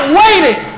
waiting